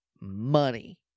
money